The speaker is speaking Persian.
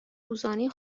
روزانه